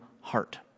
heart